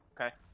Okay